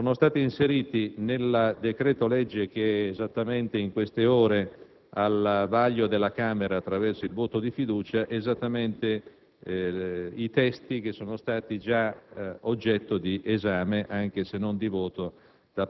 sono stati inseriti nel decreto-legge, che in queste ore è al vaglio della Camera attraverso il voto di fiducia, esattamente i testi che sono già stati oggetto di esame, anche se non di voto,